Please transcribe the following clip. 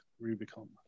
*Rubicon*